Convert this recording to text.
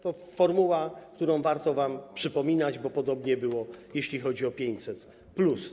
To formuła, którą warto wam przypominać, bo podobnie było, jeśli chodzi o 500+.